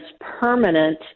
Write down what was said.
permanent